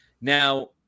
Now